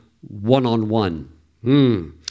one-on-one